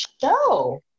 show